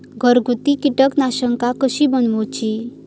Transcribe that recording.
घरगुती कीटकनाशका कशी बनवूची?